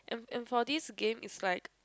and for this game is like